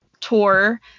tour